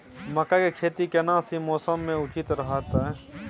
मकई के खेती केना सी मौसम मे उचित रहतय?